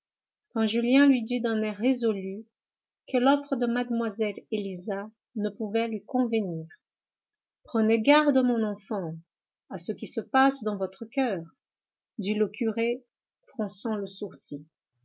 julien lui dit d'un air résolu que l'offre de mlle élisa ne pouvait lui convenir prenez garde mon enfant à ce qui se passe dans votre coeur dit le curé fronçant le sourcil